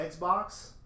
Xbox